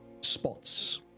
spots